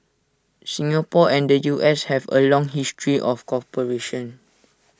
Singapore and the U S have A long history of cooperation